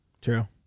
True